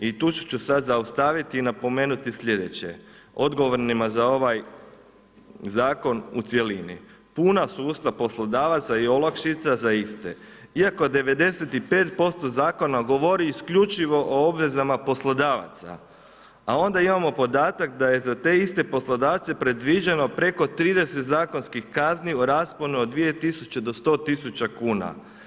I tu ću se sad zaustaviti i napomenuti sljedeće odgovornima za ovaj zakon u cjelini, puna su usta poslodavaca i olakšica za iste, iako 95% zakona govori isključivo o obvezama poslodavaca, a onda imamo podatak da je za te iste poslodavce predviđeno preko 30 zakonskih kazni u rasponu od 2000 do 100 000 kuna.